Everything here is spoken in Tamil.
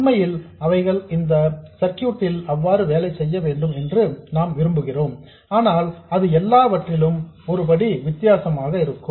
உண்மையில் அவைகள் இந்த சர்க்யூட் ல் அவ்வாறு வேலை செய்ய வேண்டும் என்று நாம் விரும்புகிறோம் ஆனால் அது எல்லாவற்றிலும் ஒரு படி வித்தியாசமாக இருக்கும்